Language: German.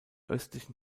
östlichen